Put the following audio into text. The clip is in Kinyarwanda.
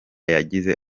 yagize